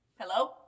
hello